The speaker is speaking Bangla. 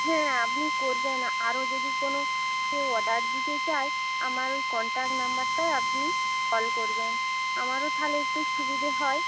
হ্যাঁ আপনি করবেন আরও যদি কোনো কেউ অর্ডার দিতে চায় আমার ঐ কন্টাক নম্বরটায় আপনি কল করবেন আমারও তাহলে একটু সুবিধে হয়